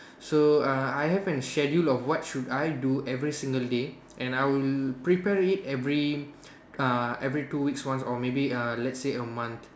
so err I have an schedule of what should I do every single day and I will prepare it every uh every two weeks once or maybe uh let's say a month